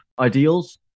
ideals